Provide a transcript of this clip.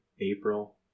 April